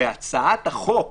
בהצעת החוק